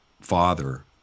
father